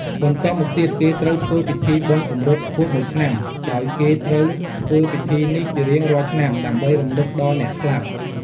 បន្ទប់មកទៀតគេត្រូវធ្វើពិធីបុណ្យគម្រប់ខួបមួយឆ្នាំដោយគេត្រូវធ្វើពិធីនេះជារៀងរាល់ឆ្នាំ ដើម្បីរំលឹកដល់អ្នកស្លាប់។